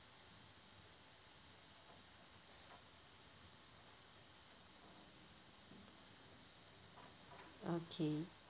okay